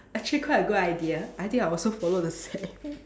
actually quite a good idea I think I also follow the same